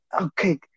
Okay